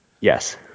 Yes